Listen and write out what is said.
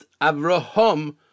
Avraham